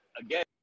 again